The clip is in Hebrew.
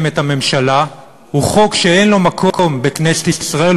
שהממשלה מקדמת הוא חוק שאין לו מקום בכנסת ישראל.